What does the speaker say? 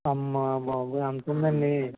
అమ్మబాబోయ్ అంతుందండీ